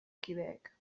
kideek